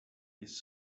his